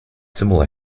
similar